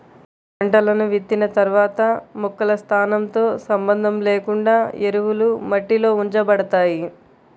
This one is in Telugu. పంటలను విత్తిన తర్వాత మొక్కల స్థానంతో సంబంధం లేకుండా ఎరువులు మట్టిలో ఉంచబడతాయి